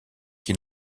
qui